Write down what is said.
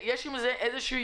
יש עם זה בעיה.